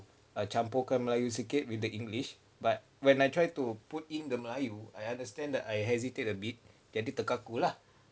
campurkan melayu sikit with the english but when I try to put in the melayu I understand that I hesitate a bit jadi terkaku lah